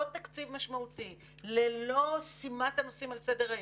תקציב משמעותי; ללא שימת הנושאים על סדר היום,